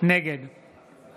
נגד